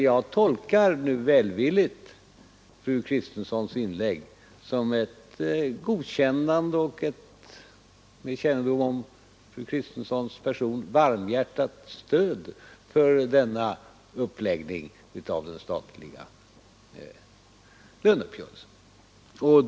Jag tolkar nu välvilligt fru Kristenssons inlägg som ett godkännande av — och med kännedom om fru Kristenssons person också som ett varmhjärtat stöd för — denna uppläggning av den statliga löneuppgörelsen.